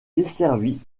desservie